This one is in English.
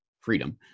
freedom